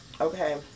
Okay